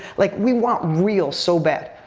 like, we want real so bad.